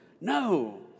No